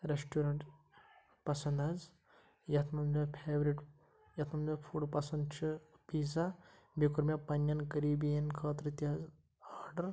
restaurant پَسنٛد حظ یَتھ منٛز مےٚ فٮ۪ورِٹ یَتھ منٛز مےٚ فُڈ پَسنٛد چھِ پیٖزا بیٚیہِ کوٚر مےٚ پَننٮ۪ن قریٖبِیَن ہِنٛدۍ خٲطرٕ تہِ حظ آرڈَر